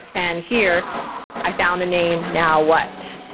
and here i found a name, now what?